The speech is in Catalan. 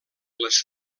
les